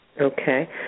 Okay